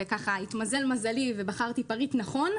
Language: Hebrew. התמזל מזלי ובחרתי פריט נכון,